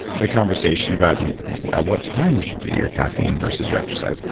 the conversation about at what time should you do your caffeine versus your exercise?